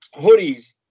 hoodies